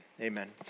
Amen